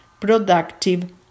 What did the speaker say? productive